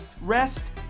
rest